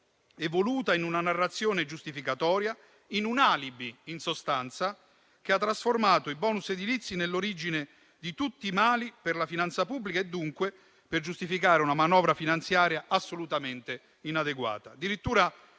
evoluta in una narrazione giustificatoria, in un alibi, in sostanza, che ha trasformato i *bonus* edilizi nell'origine di tutti i mali per la finanza pubblica e, dunque, per giustificare una manovra finanziaria assolutamente inadeguata.